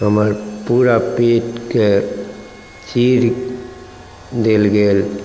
हमर पूरा पेटकेँ चीर देल गेल